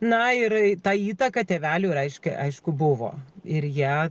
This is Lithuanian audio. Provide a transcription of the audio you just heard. na ir ta įtaka tėvelių reiškia aišku buvo ir jie